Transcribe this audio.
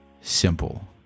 simple